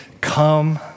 come